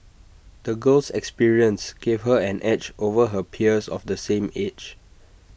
the girl's experiences gave her an edge over her peers of the same age